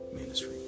ministry